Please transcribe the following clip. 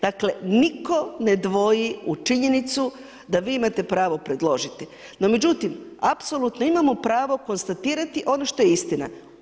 Dakle, nitko ne dvoji u činjenicu da vi imate pravo predložiti no međutim apsolutno imamo pravo konstatirati ono što je istina.